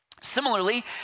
Similarly